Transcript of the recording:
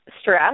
stress